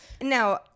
Now